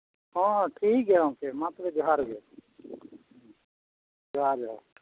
ᱦᱚᱸ ᱦᱚᱸ ᱴᱷᱤᱠ ᱜᱮᱭᱟ ᱜᱚᱢᱠᱮ ᱢᱟ ᱛᱚᱵᱮ ᱡᱚᱦᱟᱨ ᱜᱮ ᱡᱚᱦᱟᱨ ᱡᱚᱦᱟᱨ